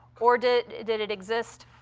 or did it did it exist,